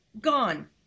gone